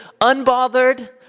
Unbothered